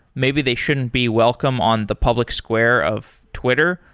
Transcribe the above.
maybe they shouldn't be welcome on the public square of twitter,